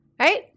right